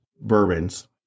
bourbons